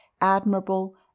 admirable